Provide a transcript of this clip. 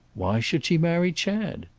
why should she marry chad?